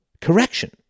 correction